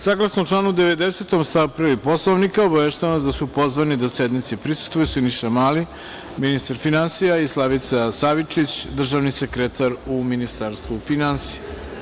Saglasno članu 90. stav 1. Poslovnika obaveštavam vas da su pozvani da sednici prisustvuju Siniša Mali, ministar finansija, i Slavica Savičić, državni sekretar u Ministarstvu finansija.